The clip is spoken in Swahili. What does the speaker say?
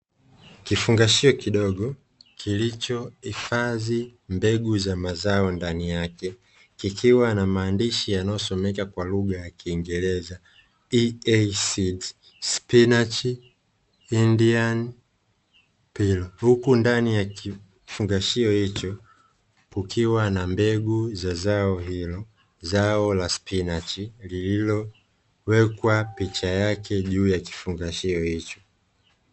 kifungashio kidogo kilichohifadhi mbegu za mazao ndani yake kikiwa na maandishi yanayosomeka kwa lugha ya kiingereza "EA SEED SPINACH INDIAN PALAK" huku ndani ya kufugashio hicho kukiwa na mbegu za zao hilo zao la spinachi lililowekwa picha yake juu ya kifungashio hicho.